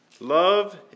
Love